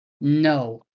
no